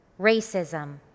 racism